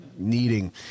needing